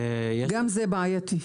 גם זה בעייתי.